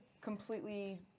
completely